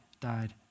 died